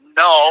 no